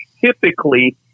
typically